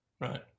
right